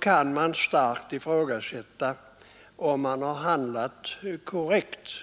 kan det starkt ifrågasättas om man har handlat korrekt.